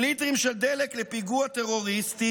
עם ליטרים של דלק לפיגוע טרוריסטי,